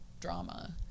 drama